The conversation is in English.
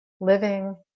living